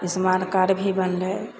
smart card भी बनलय